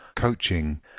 coaching